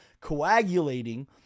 coagulating